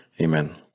Amen